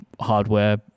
hardware